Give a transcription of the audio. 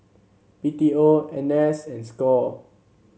B T O N S and Score